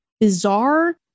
bizarre